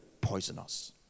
poisonous